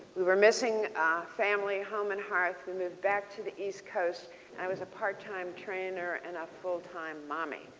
we were missing family home and hearth. we moved back to the east coast and i was a part-time trainer and a full-time mommy.